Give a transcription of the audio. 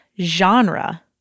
genre